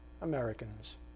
Americans